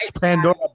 pandora